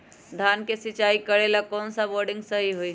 धान के सिचाई करे ला कौन सा बोर्डिंग सही होई?